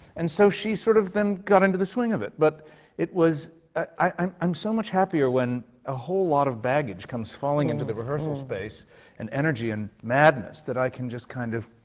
and so, she sort of then got into the swing of it. but it was i'm i'm so much happier when a whole lot of baggage comes falling into the rehearsal space and energy and madness, that i can just kind of